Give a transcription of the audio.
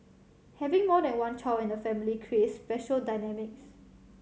having more than one child in the family creates special dynamics